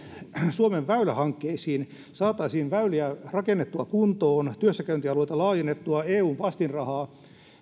suomen väylähankkeisiin niin saataisiin väyliä rakennettua kuntoon työssäkäyntialueita laajennettua ja eun vastinrahaa